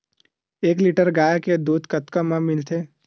एक लीटर गाय के दुध कतका म मिलथे?